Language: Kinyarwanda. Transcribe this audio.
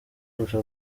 kurusha